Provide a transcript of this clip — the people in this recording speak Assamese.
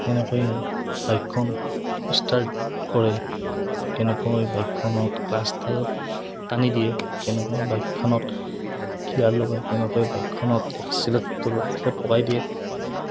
কেনেকৈ বাইকখন ষ্টাৰ্ট কৰে কেনেকৈ বাইকখনত ক্লাটছডাল টানি দিয়ে কেনেকৈ বাইকখনত গিয়াৰ লগাই কেনেকৈ বাইকখনত এক্সিলেটটো লাহে লাহে বঢ়াই দিয়ে